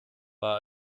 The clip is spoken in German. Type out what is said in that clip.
war